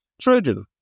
Trojan